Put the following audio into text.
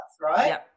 right